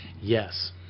Yes